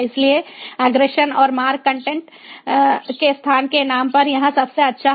इसलिए अग्रेषण और मार्ग कंटेंट के स्थान के नाम पर यहां सबसे अच्छा है